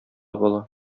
бала